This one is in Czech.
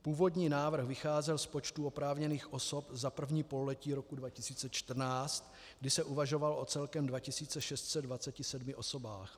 Původní návrh vycházel z počtu oprávněných osob za první pololetí roku 2014, kdy se uvažovalo o celkem 2 627 osobách.